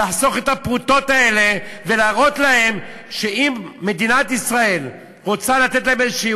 לחסוך את הפרוטות האלה ולהראות להם שאם מדינת ישראל רוצה לתת להם איזו,